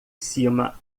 cima